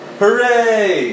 Hooray